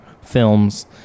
films